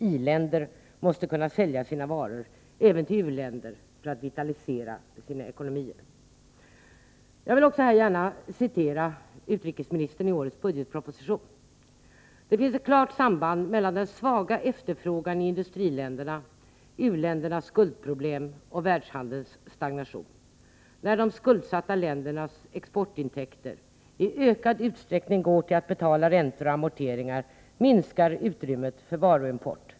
I-länderna måste kunna sälja sina varor även till u-länderna för att vitalisera sina ekonomier.” Jag vill också här gärna citera utrikesministern i årets budgetproposition: Det finns ett klart samband mellan den svaga efterfrågan i industriländerna, u-ländernas skuldproblem och världshandelns stagnation. När de skuldsatta ländernas exportintäkter i ökad utsträckning går till att betala räntor och amorteringar, minskar utrymmet för varuimport.